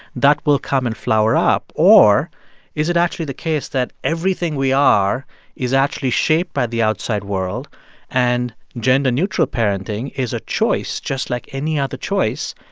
that will come and flower up. or is it actually the case that everything we are is actually shaped by the outside world and gender-neutral parenting is a choice just like any other choice,